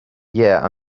yeah